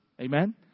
Amen